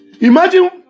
Imagine